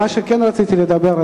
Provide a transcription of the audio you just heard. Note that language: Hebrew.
רציתי לדבר,